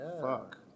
fuck